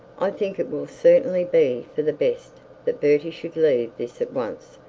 i think it will certainly be for the best that bertie should leave this at once,